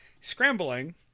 scrambling